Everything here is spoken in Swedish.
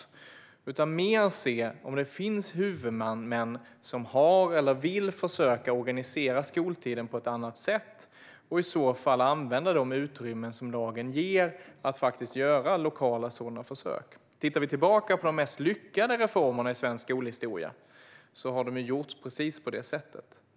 Vi ska i stället se på om det finns huvudmän som har organiserat, eller vill försöka organisera, skoltiden på ett annat sätt och i så fall använda de utrymmen som lagen ger att göra lokala försök. Om vi tittar tillbaka på de mest lyckade reformerna i svensk skolhistoria kan vi se att de har gjorts precis på det sättet.